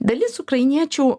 dalis ukrainiečių